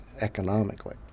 economically